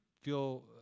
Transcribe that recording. feel